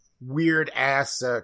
weird-ass